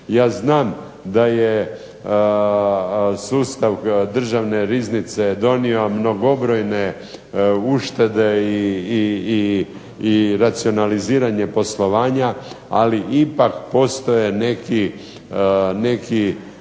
Ja znam da je sustav državne riznice donio mnogobrojne uštede i racionaliziranje poslovanja, ali ipak postoje neki